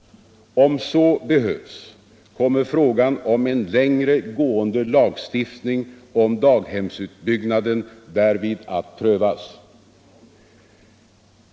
Om så behövs kommer frågan om en längre gående lagstiftning om daghemsutbyggnaden därvid att prövas.